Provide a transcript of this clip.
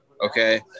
Okay